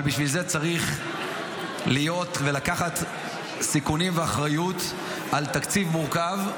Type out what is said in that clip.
אבל בשביל זה צריך לקחת סיכונים ואחריות על תקציב מורכב,